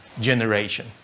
generation